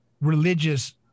religious